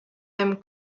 einem